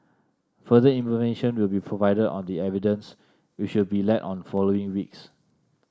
further information will be provided on the evidence which will be led on following weeks